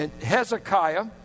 Hezekiah